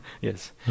yes